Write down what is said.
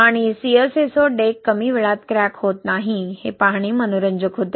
आणि CSA सह deck कमी वेळात क्रॅक होत नाही हे पाहणे मनोरंजक होते